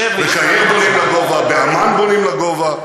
שב, בקהיר בונים לגובה, בעמאן בונים לגובה.